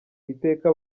iteka